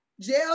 Jail